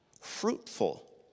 fruitful